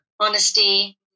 honesty